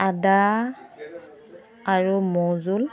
আদা আৰু মৌজোল